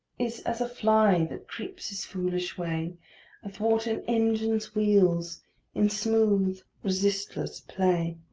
is as a fly that creeps his foolish way athwart an engine's wheels in smooth resistless play.